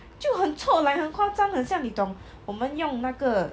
就很臭 like 很夸张很像你懂我们用那个